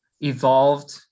evolved